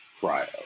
cryo